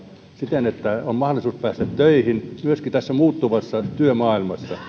siten että on mahdollisuus päästä töihin myöskin tässä muuttuvassa työmaailmassa